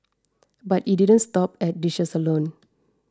but it didn't stop at dishes alone